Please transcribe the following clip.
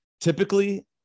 Typically